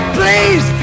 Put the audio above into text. please